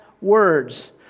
words